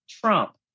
Trump